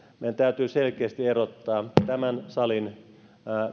meidän täytyy selkeästi erottaa tämän salin